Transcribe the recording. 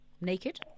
Naked